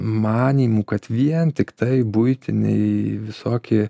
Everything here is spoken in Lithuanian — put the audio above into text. manymų kad vien tiktai buitiniai visoki